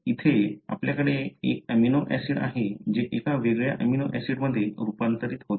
येथे आपल्याकडे एक अमिनो ऍसिड आहे जे एका वेगळ्या अमिनो ऍसिड मध्ये रूपांतरित होते